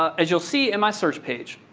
ah as you'll see, in my search page,